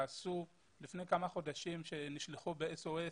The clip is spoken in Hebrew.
שלפני כמה חדשים נשלחו מיידית